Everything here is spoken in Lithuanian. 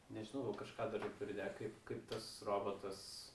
nežinaukažką dar pridėk kaip kaip tas robotas